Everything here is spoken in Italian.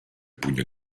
pugno